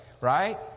Right